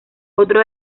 otro